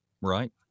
Right